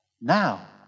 now